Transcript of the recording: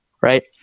right